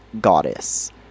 Goddess